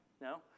No